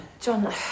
John